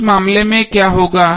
उस मामले में क्या होगा